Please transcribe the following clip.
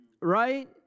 right